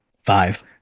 Five